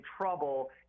trouble